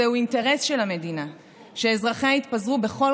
זהו אינטרס של המדינה שאזרחיה יתפזרו בכל